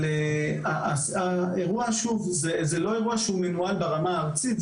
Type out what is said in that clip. אבל האירוע הוא לא אירוע שמנוהל ברמה הארצית,